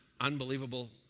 unbelievable